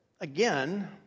again